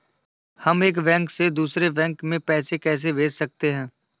हम एक बैंक से दूसरे बैंक में पैसे कैसे भेज सकते हैं?